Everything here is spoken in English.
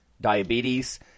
diabetes